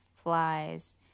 flies